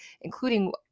including